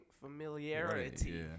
familiarity